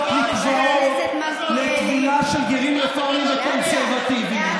מקוואות לטבילה של גרים רפורמים וקונסרבטיבים.